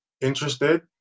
interested